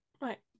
Right